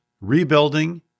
rebuilding